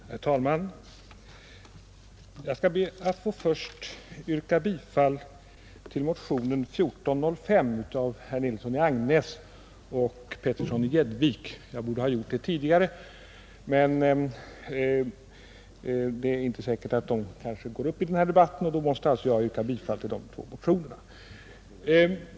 Herr talman! Jag skall be att först få yrka bifall till motionen 1405 av herrar Nilsson i Agnäs och Petersson i Gäddvik samt till motionen 1420 av herr Ångström, Jag borde kanske ha gjort det tidigare, men eftersom jag först nu har fått reda på att det inte är säkert att motionärerna går upp i den här debatten yrkar jag alltså bifall till de båda motionerna.